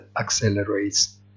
accelerates